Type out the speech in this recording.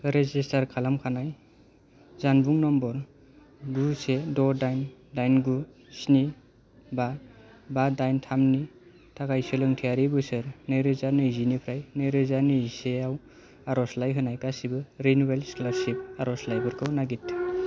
register खालामखानाय जानबुं number गु से द' दाइन दाइन गु स्नि बा बा दाइन थाम नि थाखाय सोलोंथायारि बोसोर नै रोजा नैजिनिफ्राय नै रोजा नैजिसेयाव आरज'लाइ होनाय गासिबो रेनुयेल स्कलारशिप आरज'लाइफोरखौ नागिर